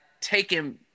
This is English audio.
taking